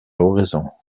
oraison